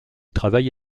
travaille